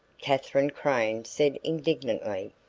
katherine crane said indignantly.